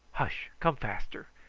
hush! come faster.